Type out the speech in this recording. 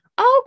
Okay